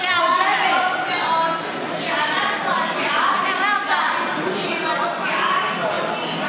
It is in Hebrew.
אני גאה מאוד מאוד שאנחנו רשימה שמצביעה על חוקים,